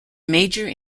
major